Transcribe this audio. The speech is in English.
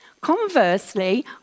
Conversely